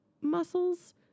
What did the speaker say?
muscles